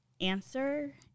answer